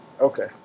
Okay